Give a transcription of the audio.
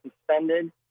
suspended